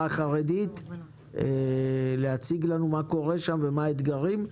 החרדית להציג לנו מה קורה שם ומה האתגרים.